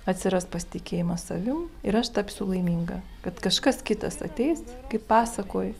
atsiras pasitikėjimas savim ir aš tapsiu laiminga kad kažkas kitas ateis kaip pasakoj